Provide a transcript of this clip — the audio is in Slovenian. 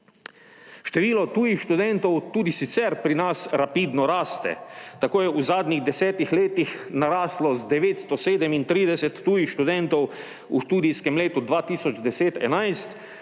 Število tujih študentov tudi sicer pri nas rapidno raste. Tako je v zadnjih desetih letih naraslo z 937 tujih študentov v študijskem letu 2010/2011